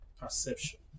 perception